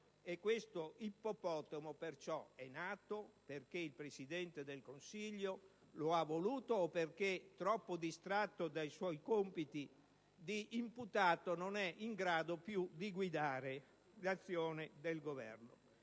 E questo ippopotamo perciò è nato perché il Presidente del Consiglio lo ha voluto o perché, troppo distratto dai suoi compiti di imputato, non è più in grado di guidare l'azione di governo.